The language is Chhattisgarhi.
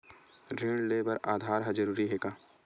ऋण ले बर आधार ह जरूरी हे का?